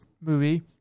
movie